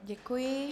Děkuji.